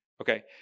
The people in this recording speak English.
Okay